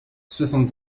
soixante